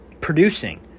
producing